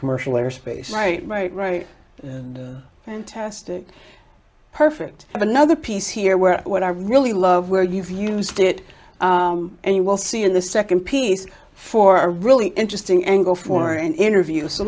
commercial airspace right right right and test it perfect but another piece here where what i really love where you've used it and you will see in the second piece for a really interesting angle for an interview so